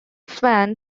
swann